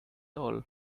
all